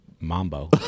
Mambo